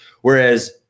Whereas